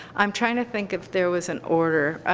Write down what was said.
i'm trying to think if there was an order.